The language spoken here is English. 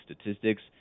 statistics